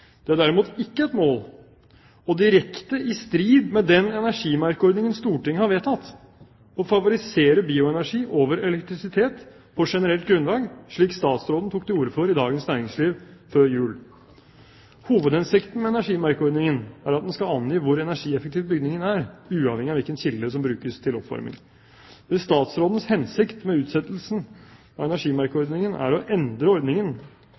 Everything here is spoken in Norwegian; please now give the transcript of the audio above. Det er derimot ikke et mål – og direkte i strid med den energimerkeordningen Stortinget har vedtatt – å favorisere bioenergi framfor elektrisitet på generelt grunnlag, slik statsråden tok til orde for i Dagens Næringsliv før jul. Hovedhensikten med energimerkeordningen er at den skal angi hvor energieffektiv bygningen er, uavhengig av hvilken kilde som brukes til oppvarming. Hvis statsrådens hensikt med utsettelsen av energimerkeordningen er å endre ordningen